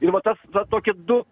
ir va tas va tokie du